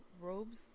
robes